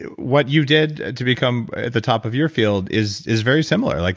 what you did to become at the top of your field is is very similar. like